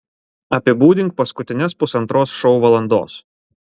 apibūdink paskutines pusantros šou valandos